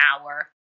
hour